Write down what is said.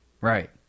Right